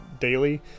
daily